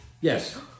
Yes